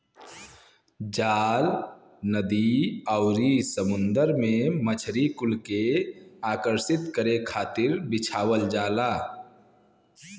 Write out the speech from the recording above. जाल नदी आउरी समुंदर में मछरी कुल के आकर्षित करे खातिर बिछावल जाला